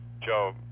Joe